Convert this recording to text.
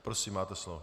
Prosím, máte slovo.